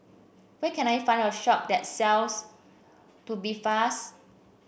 where can I find a shop that sells Tubifast